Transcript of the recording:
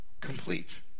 complete